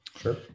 Sure